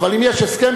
אבל אם יש הסכם,